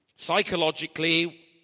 psychologically